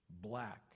black